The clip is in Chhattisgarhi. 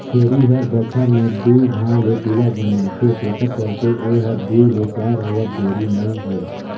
छेरी हर बच्छर में दू घांव ले पिला जनमाथे तेखर चलते ए हर दूइ ले चायर होवत देरी नइ होय